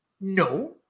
No